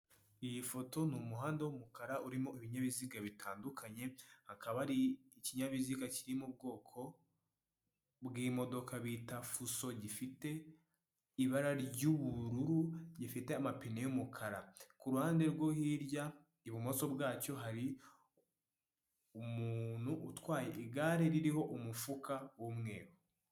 Iyi foto ni umuhanda w'umukara urimo ibinyabiziga bitandukanye akaba ari ikinyabiziga kiri mu bwoko bw'imodoka bita fuso gifite ibara ry'ubururu, gifite amapine y'umukara. Ku ruhande rwo hirya ibumoso bwacyo hari umuntu utwaye igare ririho umufuka w'umweru.